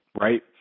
right